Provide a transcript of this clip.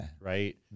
right